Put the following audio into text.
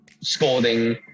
scolding